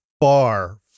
far